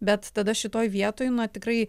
bet tada šitoj vietoj na tikrai